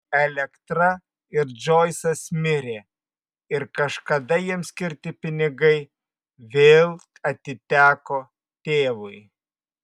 elektra ir džoisas mirė ir kažkada jiems skirti pinigai vėl atiteko tėvui